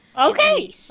okay